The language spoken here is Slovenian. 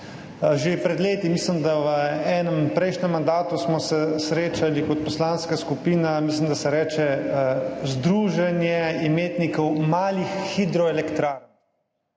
Že pred leti, mislim, da v enem prejšnjem mandatu, smo se kot poslanska skupina srečali z, mislim, da se jim reče združenje imetnikov malih hidroelektrarn.